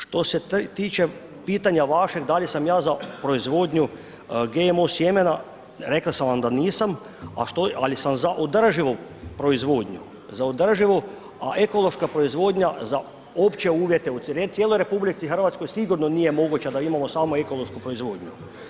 Što se tiče pitanja vašeg da li sam ja za proizvodnju GMO sjemena, rekao sam vam da nisam, ali za održivu proizvodnju, za održivu a ekološka proizvodnja za opće uvjete u cijeloj RH sigurno nije moguća da imamo samo ekološku proizvodnju.